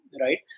right